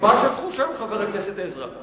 מה שפכו שם, חבר הכנסת עזרא?